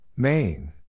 Main